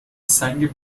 سنگ